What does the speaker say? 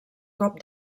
cop